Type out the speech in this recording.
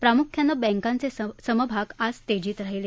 प्रामुख्यानं बँकांचे समभाग आज तेजीत राहिले